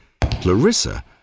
Clarissa